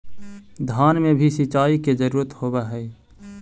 धान मे भी सिंचाई के जरूरत होब्हय?